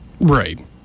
Right